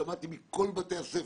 כך גם שמעתי מכל בתי הספר.